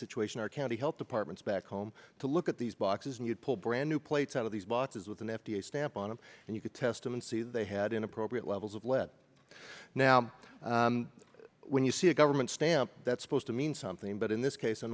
situation our county health departments back home to look at these boxes and you'd pull brand new plates out of these boxes with an f d a stamp on it and you could test him and see they had inappropriate levels of lead now when you see a government stamp that's supposed to mean something but in this case i'm